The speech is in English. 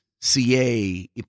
ca